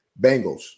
Bengals